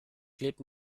klebt